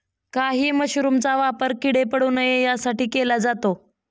काही मशरूमचा वापर किडे पडू नये यासाठी केला जातो